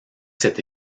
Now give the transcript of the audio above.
cette